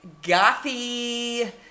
gothy